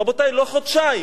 רבותי, לא חודשיים.